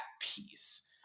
peace